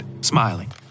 smiling